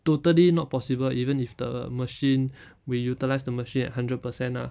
totally not possible even if the machine we utilise the machine at hundred percent ah